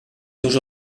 seus